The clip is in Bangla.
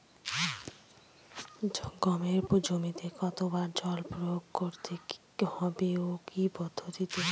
গমের জমিতে কতো বার জল প্রয়োগ করতে হবে ও কি পদ্ধতিতে?